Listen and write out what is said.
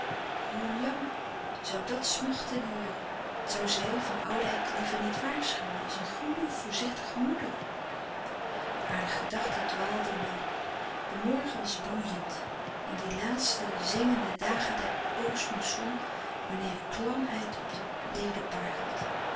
hoe lang zoû dat smachten duren zoû zij van oudijck liever niet waarschuwen als een goede voorzichtige moeder hare gedachten dwaalden loom de morgen was broeiend in die laatste zengende dagen der oostmoesson wanneer klamheid op de leden parelt